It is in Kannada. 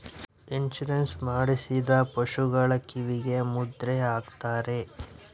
ಇನ್ಸೂರೆನ್ಸ್ ಮಾಡಿಸಿದ ಪಶುಗಳ ಕಿವಿಗೆ ಮುದ್ರೆ ಹಾಕ್ತಾರೆ